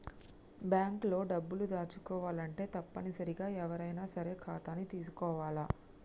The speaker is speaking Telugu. బాంక్ లో డబ్బులు దాచుకోవాలంటే తప్పనిసరిగా ఎవ్వరైనా సరే ఖాతాని తీసుకోవాల్ల